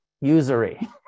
usury